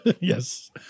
Yes